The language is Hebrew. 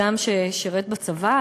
אדם ששירת בצבא,